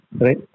right